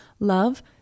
Love